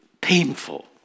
painful